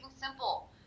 simple